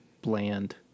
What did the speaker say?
bland